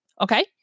Okay